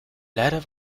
leider